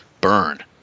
burn